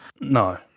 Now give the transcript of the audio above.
No